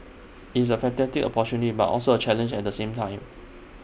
it's A fantastic opportunity but also A challenge at the same time